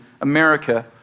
America